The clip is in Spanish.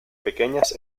pequeñas